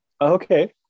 Okay